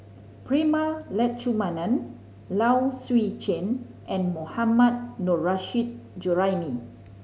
Prema Letchumanan Low Swee Chen and Mohammad Nurrasyid Juraimi